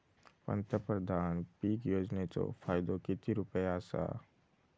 पंतप्रधान पीक योजनेचो फायदो किती रुपये आसा?